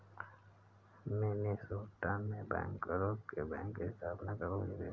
Minnesota में बैंकरों के बैंक की स्थापना कब हुई थी?